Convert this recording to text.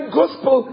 gospel